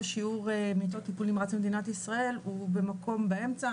שיעור מיטות טיפול נמרץ במדינת ישראל הוא במקום באמצע,